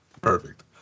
perfect